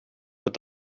het